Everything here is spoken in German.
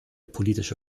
politische